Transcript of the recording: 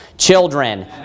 children